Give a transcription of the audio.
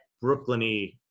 brooklyn-y